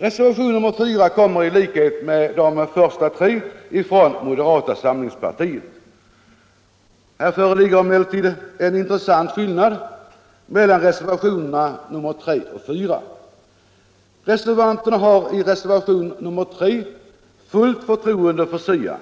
Reservationen 4 kommer i likhet med de tre första från moderata samlingspartiet. Här föreligger det en intressant skillnad mellan reservationerna 3 och 4. Reservanterna har i reservationen 3 fullt förtroende för SIA